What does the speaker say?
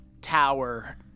Tower